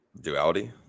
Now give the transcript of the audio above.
Duality